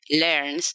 learns